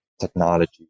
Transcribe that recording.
technology